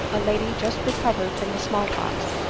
a lady just recovered from the small pox,